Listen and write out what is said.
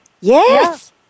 Yes